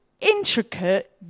intricate